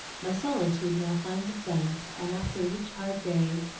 my solitude now finds a friend, and after each hard day,